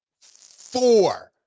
Four